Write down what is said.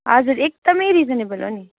हजुर एकदमै रिजनेबल हो नि